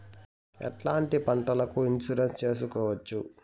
ఎట్లాంటి పంటలకు ఇన్సూరెన్సు చేసుకోవచ్చు?